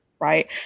right